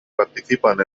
participan